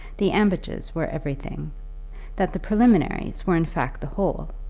the ambages were everything that the preliminaries were in fact the whole,